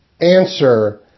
Answer